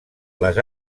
les